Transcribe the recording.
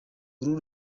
uru